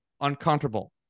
uncomfortable